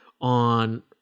on